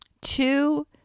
two